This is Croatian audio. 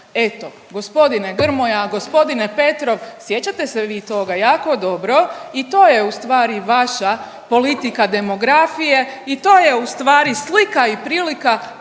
Eto, gospodine Grmoja, gospodine Petrov sjećate se vi toga jako dobro i to je ustvari vaša politika demografije i to je ustvari slika i prilika